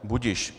Budiž.